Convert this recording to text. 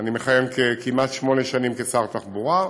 אני מכהן כמעט שמונה שנים כשר תחבורה,